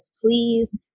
please